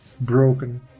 broken